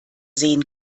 sehen